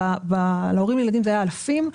הורים לילדים, אלה היו אלפים.